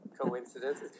Coincidence